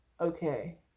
okay